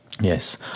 Yes